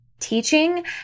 Teaching